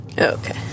Okay